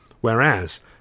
Whereas